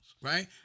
right